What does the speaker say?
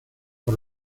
por